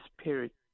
spirit